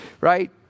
right